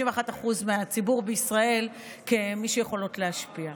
51% מהציבור בישראל כמי שיכולות להשפיע.